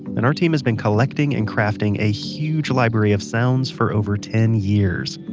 and our team has been collecting and crafting a huge library of sounds for over ten years.